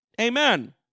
Amen